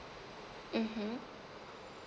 mmhmm